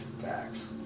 tax